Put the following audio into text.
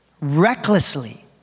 recklessly